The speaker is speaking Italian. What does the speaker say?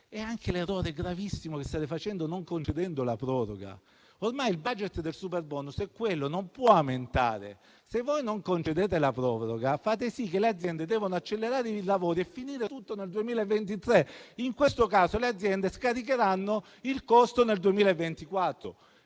un errore gravissimo non concedendo la proroga, perché ormai il *budget* del superbonus è quello e non può aumentare. Se voi non concedete la proroga, fate sì che le aziende debbano accelerare il lavoro e finire tutto nel 2023 e in questo caso le aziende scaricheranno il costo nel 2024.